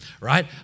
right